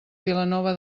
vilanova